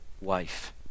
wife